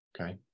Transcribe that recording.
okay